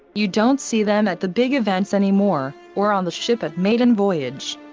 you don't see them at the big events anymore, or on the ship at maiden voyage.